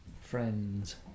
friends